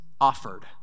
offered